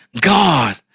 God